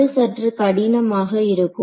அது சற்று கடினமாக இருக்கும்